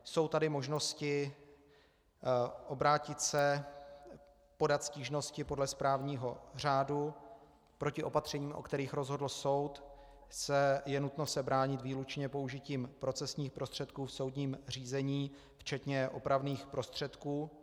Jsou tady možnosti obrátit se, podat stížnosti podle správního řádu proti opatřením, o kterých rozhodl soud, je nutno se bránit výlučně použitím procesních prostředků v soudním řízení, včetně opravných prostředků.